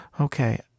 Okay